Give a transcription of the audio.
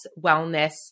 wellness